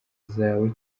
zawe